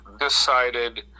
decided